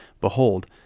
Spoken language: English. behold